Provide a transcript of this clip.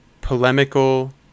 polemical